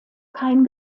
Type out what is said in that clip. kein